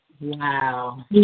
Wow